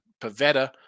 Pavetta